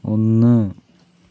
ഒന്ന്